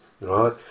right